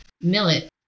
millet